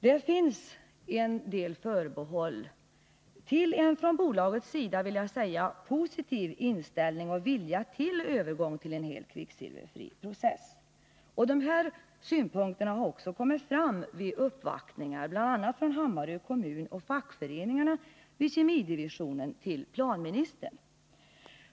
Det finns en del förbehåll när det gäller en från bolagets sida positiv vilja att övergå till en helt kvicksilverfri process. Dessa synpunkter har också kommit fram vid uppvaktningar hos planministern från Hammarö kommun och fackföreningarna vid kemidivisionen.